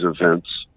events